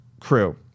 crew